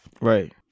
Right